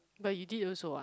but you did also [what]